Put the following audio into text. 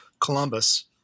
Columbus